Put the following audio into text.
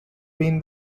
been